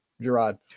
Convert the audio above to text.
Gerard